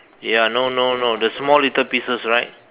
ya no no no the small little pieces right